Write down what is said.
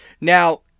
Now